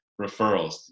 referrals